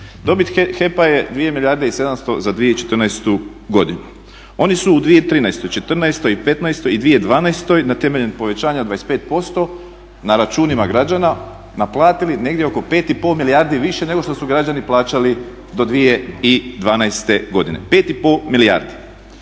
Dobit HEP-a je 2 milijarde i 700 za 2014. godinu. Oni su u 2013., 2014. i petnaestoj i 2012. na temelju povećanja 25% na računima građana naplatili negdje oko 5 i pol milijardi više nego što su građani plaćali do 2012. godine, 5 i pol milijardi.